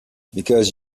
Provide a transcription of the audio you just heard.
because